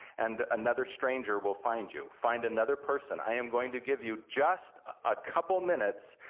and another stranger will find you. find another person, i am going to give you just a couple minutes,